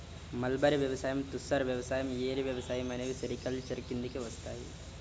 mulberry వ్యవసాయం, తుసర్ వ్యవసాయం, ఏరి వ్యవసాయం అనేవి సెరికల్చర్ కిందికి వస్తాయి